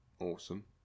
awesome